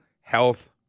health